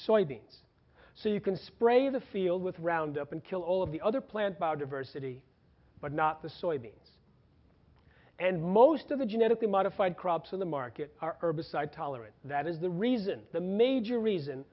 soybeans so you can spray the field with round up and kill all of the other plant biodiversity but not the soybeans and most of the genetically modified crops in the market are beside tolerance that is the reason the major reason